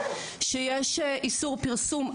שיש איסור פרסום,